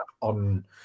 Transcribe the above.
on